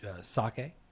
sake